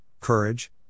courage